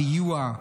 סיוע.